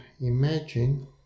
imagine